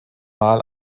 mal